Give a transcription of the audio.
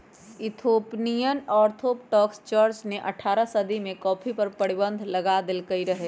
Ethiopian orthodox church ने अठारह सदी में कॉफ़ी पर प्रतिबन्ध लगा देलकइ रहै